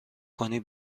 کنی